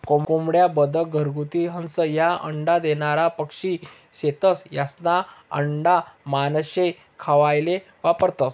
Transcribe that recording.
कोंबड्या, बदक, घरगुती हंस, ह्या अंडा देनारा पक्शी शेतस, यास्ना आंडा मानशे खावाले वापरतंस